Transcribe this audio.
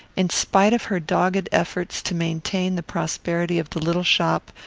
in spite of her dogged efforts to maintain the prosperity of the little shop,